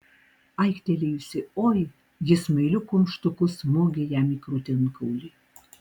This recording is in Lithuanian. aiktelėjusi oi ji smailiu kumštuku smogė jam į krūtinkaulį